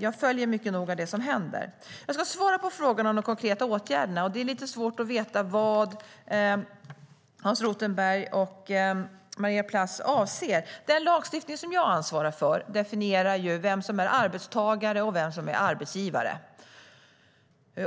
Jag följer mycket noga det som händer. Jag ska svara på frågorna om de konkreta åtgärderna. Det är lite svårt att veta vad Hans Rothenberg och Maria Plass avser. Den lagstiftning som jag ansvarar för definierar vem som är arbetstagare och vem som är arbetsgivare.